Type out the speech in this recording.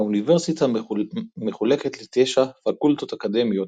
האוניברסיטה מחלוקת לתשע פקולטות אקדמיות,